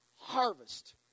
harvest